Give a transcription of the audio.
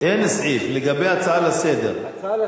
אין סעיף לגבי ההצעה לסדר-היום.